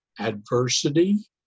adversity